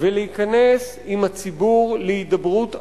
ולהיכנס עם הציבור להידברות אמיתית,